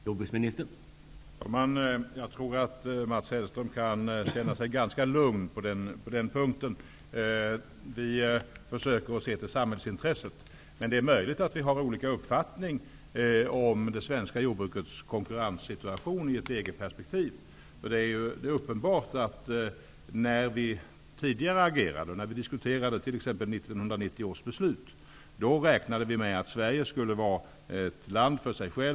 Herr talman! Jag tror att Mats Hellström kan känna sig ganska lugn på den punkten. Vi försöker att se till samhällsintresset, men det är möjligt att vi har olika uppfattningar om det svenska jordbrukets konkurrenssituation i ett EG-perspektiv. Det är ju uppenbart att vi, när vi tidigare agerade, t.ex. när vi diskuterade 1990 års beslut, räknade med att Sverige skulle vara ett land för sig självt.